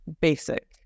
basic